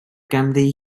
ganddi